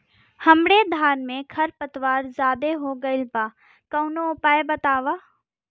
हमरे धान में खर पतवार ज्यादे हो गइल बा कवनो उपाय बतावा?